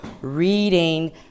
reading